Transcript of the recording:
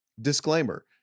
Disclaimer